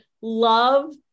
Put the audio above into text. love